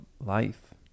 life